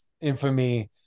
infamy